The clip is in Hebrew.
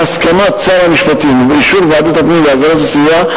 בהסכמת שר המשפטים ובאישור ועדת הפנים והגנת הסביבה,